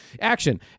action